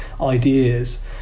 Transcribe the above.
ideas